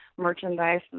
merchandise